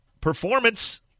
performance